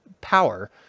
power